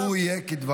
לו יהיה כדבריך.